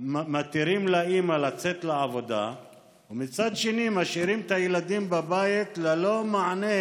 מתירים לאימא לצאת לעבודה ומצד שני משאירים את הילדים בבית ללא מענה,